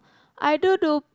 I don't know